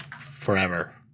forever